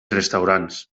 restaurants